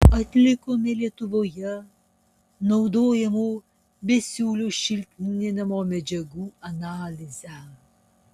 atlikome lietuvoje naudojamų besiūlių šiltinimo medžiagų analizę